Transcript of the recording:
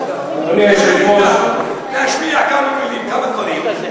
שישב אתנו, להשמיע כמה מילים, כמה דברים.